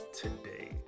today